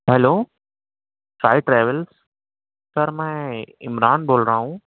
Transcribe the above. hello Shahid travels sir میں عمران بول رہا ہوں